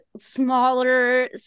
smaller